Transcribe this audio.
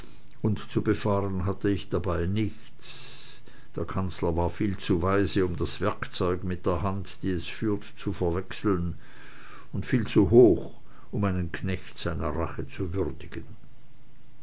und zu befahren hatte ich dabei nichts der kanzler war viel zu weise um das werkzeug mit der hand die es führt zu verwechseln und viel zu hoch um einen knecht seiner rache zu würdigen